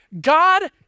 God